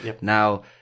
Now